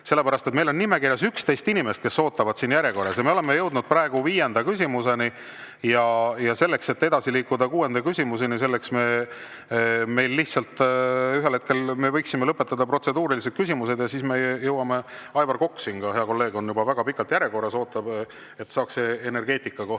sellepärast, et meil on nimekirjas 11 inimest, kes ootavad järjekorras, ja me oleme jõudnud praegu viienda küsimuseni. Selleks, et edasi liikuda kuuenda küsimuseni, me lihtsalt ühel hetkel võiksime lõpetada protseduurilised küsimused ja siis me jõuame. Aivar Kokk, hea kolleeg, on siin juba väga pikalt järjekorras oodanud, et saaks energeetika kohta